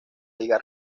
liga